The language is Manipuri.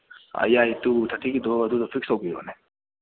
ꯑꯥ ꯌꯥꯏ ꯇꯨ ꯊꯥꯔꯇꯤꯒꯤꯗꯣ ꯑꯗꯨꯗꯣ ꯐꯤꯛꯁ ꯇꯧꯕꯤꯔꯣꯅꯦ